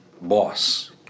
Boss